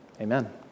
Amen